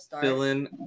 fill-in